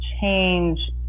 change